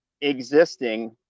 Existing